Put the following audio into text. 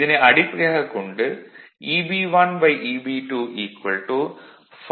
இதனை அடிப்படையாகக் கொண்டு Eb1Eb2 ∅1n1∅2n2